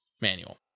manual